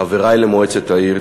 חברי למועצת העיר,